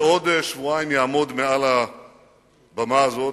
בעוד שבועיים יעמוד מעל הבמה הזאת,